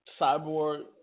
cyborg